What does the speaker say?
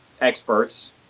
experts